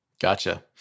Gotcha